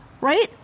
right